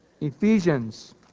Ephesians